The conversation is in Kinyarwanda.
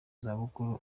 zabukuru